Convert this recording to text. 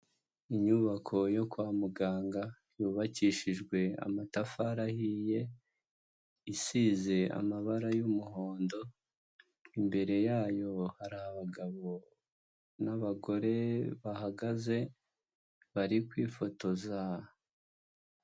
Inyubako yo kwa muganga yubakishijwe amatafari ahiye isize amabara y'umuhondo, imbere yayo hari abagabo n'abagore bahagaze bari kwifotoza.